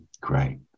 great